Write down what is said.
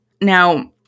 Now